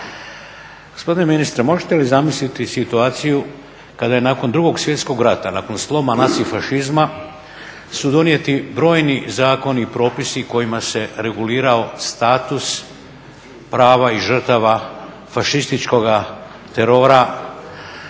Gospodine ministre, možete li zamisliti situaciju kada je nakon Drugog svjetskog rata nakon sloma naci fašizma su donijeti brojni zakoni i propisi kojima se regulirao status prava i žrtava fašističkoga terora,